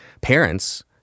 parents